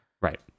Right